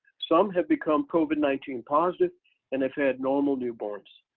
some have become covid nineteen positive and they've had normal newborns.